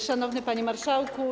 Szanowny Panie Marszałku!